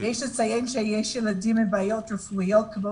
יש לציין שיש ילדים עם בעיות רפואיות כמו